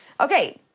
Okay